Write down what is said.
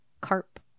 Carp